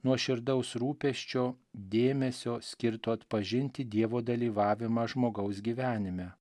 nuoširdaus rūpesčio dėmesio skirto atpažinti dievo dalyvavimą žmogaus gyvenime